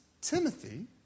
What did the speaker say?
Timothy